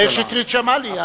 מאיר שטרית שמע לי.